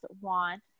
want